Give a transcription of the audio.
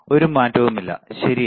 ഒരു മാറ്റവുമില്ല ശരിയാണ്